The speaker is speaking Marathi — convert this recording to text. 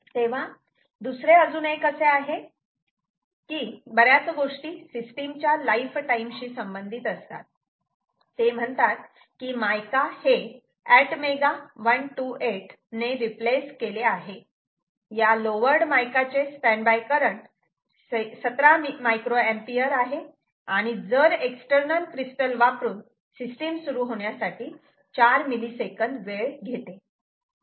तेव्हा दुसरे अजून एक असे आहेत की बऱ्याच गोष्टी सिस्टीम च्या लाईफ टाईम शी संबंधित असतात ते म्हणतात की मायका हे ATmega 128 ने रिप्लेस केले आहे या लोवर्ड मायका चे स्टॅन्ड बाय करंट 17 मायक्रोएम्पिअर आहे आणि जर एक्सटर्नल क्रिस्टल वापरून सिस्टीम सुरू होण्यासाठी 4 मिलीसेकंद वेळ घेते